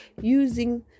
using